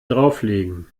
drauflegen